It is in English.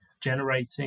generating